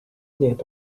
need